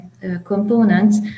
components